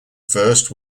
first